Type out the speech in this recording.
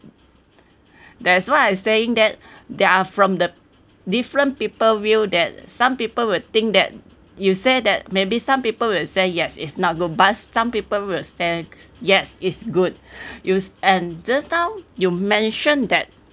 that's why I'm saying that there are from the different people view that some people would think that you say that maybe some people will say yes it's not good but some people will said yes is good you and just now you mentioned that